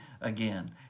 again